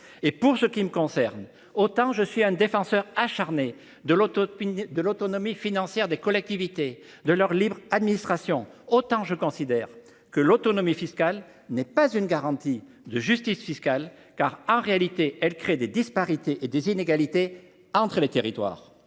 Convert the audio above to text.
Et, pour ce qui me concerne, autant je suis un défenseur acharné de l’autonomie financière des collectivités et de leur libre administration, autant je considère que l’autonomie fiscale n’est pas une garantie de la justice fiscale, car, en réalité, elle crée des disparités et des inégalités entre les territoires.